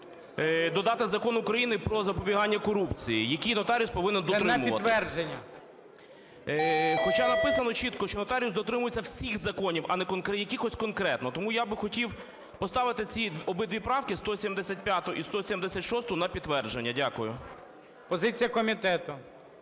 додати Закон України "Про запобігання корупції", який нотаріус повинен дотримуватись. Хоча написано чітко, що нотаріус дотримується всіх законів, а не якихось конкретно. Тому я би хотів поставити ці обидві правки 175 і 176 на підтвердження. Дякую. ГОЛОВУЮЧИЙ. Позиція комітету.